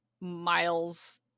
miles